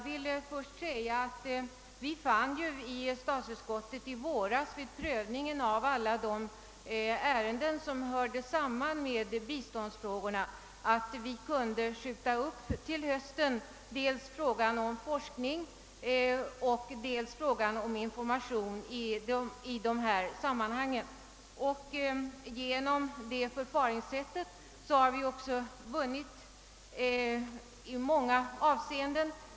Vi fann ju i statsutskottet i våras vid prövningen av alla de ärenden som hörde samman med biståndsfrågorna att vi till hösten kunde skjuta upp dels frågan om forskningen, dels frågan om information. Genom det förfaringssättet har vi vunnit flera fördelar.